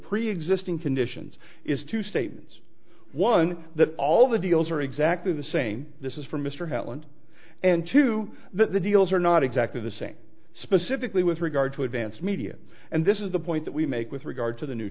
preexisting conditions is two states one that all the deals are exactly the same this is for mr howland and to the deals are not exactly the same specifically with regard to advance media and this is the point that we make with regard to the new